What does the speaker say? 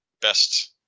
best